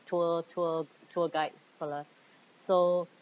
tour tour tour guide fellow so